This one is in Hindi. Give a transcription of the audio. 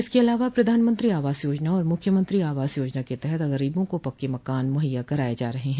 इसके अलावा प्रधानमंत्री आवास योजना और मुख्यमंत्री आवास योजना के तहत गरीबों को पक्के मकान मुहैया कराये जा रहे हैं